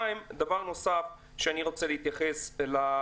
דבר נוסף שאני רוצה להתייחס אליו